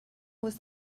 was